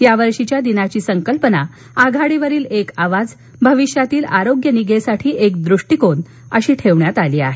यावर्षीच्या दिनाची संकल्पनाः आघाडीवरील एक आवाज भविष्यातील आरोग्य निगेसाठी एक दृष्टिकोण अशी आहे